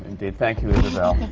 indeed. thank you, isabelle.